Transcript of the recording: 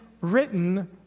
written